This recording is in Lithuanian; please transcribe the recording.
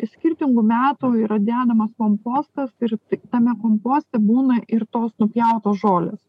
skirtingu metų yra dedamas kompostas ir tame komposte būna ir tos nupjautos žolės